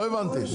לא הבנתי.